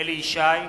אליהו ישי,